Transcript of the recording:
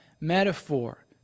metaphor